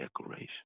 decoration